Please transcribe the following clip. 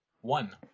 one